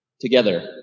Together